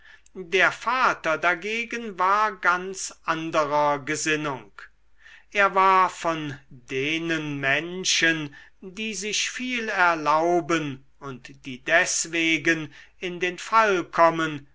der vater dagegen war ganz anderer gesinnung er war von denen menschen die sich viel erlauben und die deswegen in den fall kommen